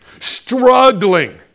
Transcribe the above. struggling